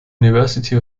university